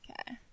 okay